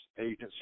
Agency